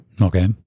Okay